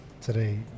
today